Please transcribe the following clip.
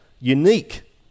unique